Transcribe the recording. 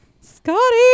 Scotty